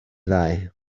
ddau